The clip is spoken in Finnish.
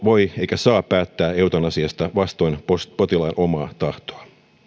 voi eikä saa päättää eutanasiasta vastoin potilaan omaa tahtoa